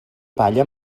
palla